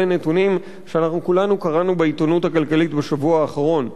אלה נתונים שכולנו קראנו בעיתונות הכלכלית בשבוע האחרון.